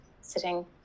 sitting